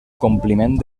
compliment